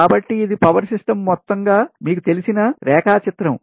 కాబట్టి ఇది power system మొత్తంగా మీకు తెలిసిన రేఖాచిత్రం